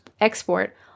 export